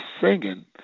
singing